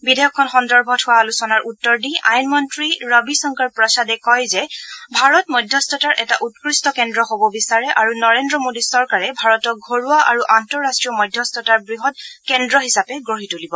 বিধেয়কখন সন্দৰ্ভত হোৱা আলোচনাৰ উত্তৰ দি আইন মন্ত্ৰী ৰবি শংকৰ প্ৰসাদে কয় যে ভাৰত মধ্যস্থতাৰ এটা উৎকৃষ্ট কেন্দ্ৰ হব বিচাৰে আৰু নৰেন্দ্ৰ মোদী চৰকাৰে ভাৰতক ঘৰুৱা আৰু আন্তঃৰাষ্ট্ৰীয় মধ্যস্থতাৰ বৃহৎ কেন্দ্ৰ হিচাপে গঢ়ি তুলিব